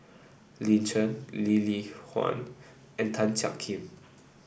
Lin Chen Lee Li Lian and Tan Jiak Kim